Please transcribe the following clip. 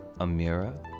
Amira